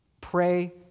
Pray